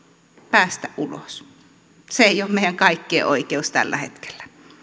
päästä ulos se ei ole meidän kaikkien oikeus tällä hetkellä